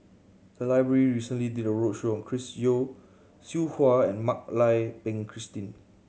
the library recently did a roadshow on Chris Yeo Siew Hua and Mak Lai Peng Christine